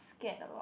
scared about